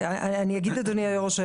אדוני היו"ר,